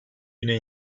güne